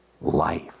life